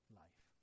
life